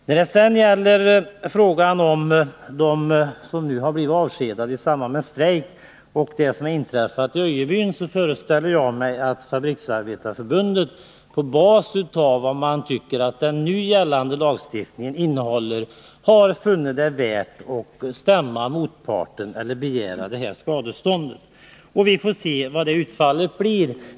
När det sedan gäller frågan om dem som nu har blivit avskedade i samband med strejk och det som har inträffat i Öjebyn, föreställer jag mig att Fabriksarbetareförbundet på basis av vad man tycker att den gällande lagstiftningen innehåller har funnit det värt att stämma motparten och begära skadestånd. Vi får se vad utfallet blir.